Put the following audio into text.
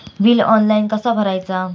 Bill online कसा भरायचा?